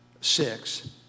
six